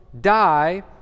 die